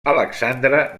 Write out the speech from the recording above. alexandre